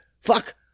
Fuck